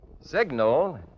signal